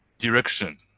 direction